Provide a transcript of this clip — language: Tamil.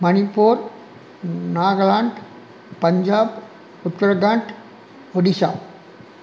மணிப்பூர் நாகலான்ட் பஞ்சாப் உத்தரகாண்ட் ஒடிஷா